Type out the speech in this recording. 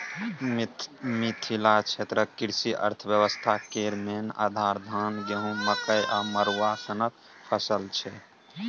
मिथिला क्षेत्रक कृषि अर्थबेबस्था केर मेन आधार, धान, गहुँम, मकइ आ मरुआ सनक फसल छै